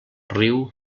riu